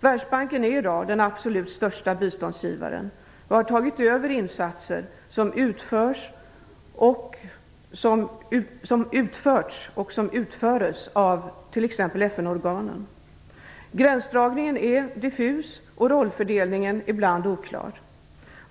Världsbanken är i dag den absolut största biståndsgivaren och har tagit över insatser som utförts och som utförs av t.ex. FN-organen. Gränsdragningen är diffus och rollfördelningen ibland oklar.